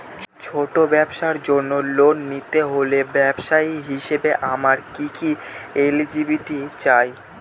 ছোট ব্যবসার জন্য লোন নিতে হলে ব্যবসায়ী হিসেবে আমার কি কি এলিজিবিলিটি চাই?